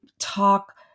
talk